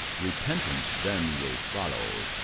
repentance then will follow,